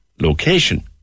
location